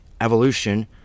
evolution